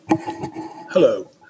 Hello